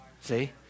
See